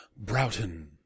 Broughton